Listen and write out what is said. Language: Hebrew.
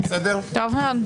תודה.